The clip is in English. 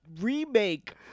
remake